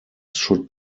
should